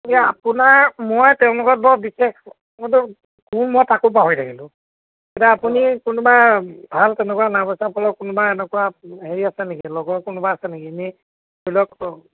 এতিয়া আপোনাৰ মই তেওঁলোকৰ বৰ বিশেষ মইতো কোন মই তাকো পাহৰি থাকিলোঁ এতিয়া আপুনি কোনোবা ভাল তেনেকুৱা নাওবৈচাৰ ফালৰ কোনোবা এনেকুৱা হেৰি আছে নেকি লগৰ কোনোবা আছে নেকি এনে ধৰি লওক